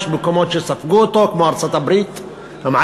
יש מקומות שספגו אותו כמו ארצות-הברית,